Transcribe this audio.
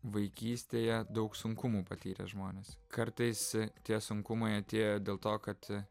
vaikystėje daug sunkumų patyrę žmonės kartais tie sunkumai atėjo dėl to kad